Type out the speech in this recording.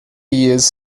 years